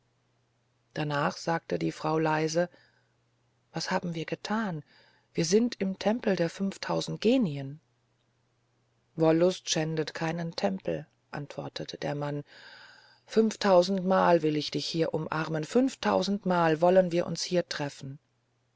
danach sagte die frau leise was haben wir getan wir sind im tempel der fünftausend genien wollust schändet keinen tempel antwortete der mann fünftausendmal will ich dich hier umarmen fünftausendmal wollen wir uns hier treffen